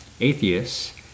atheists